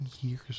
years